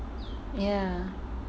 ya